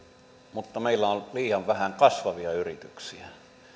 mutta meillä on liian vähän kasvavia yrityksiä